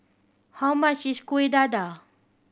how much is Kueh Dadar